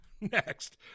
next